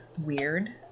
weird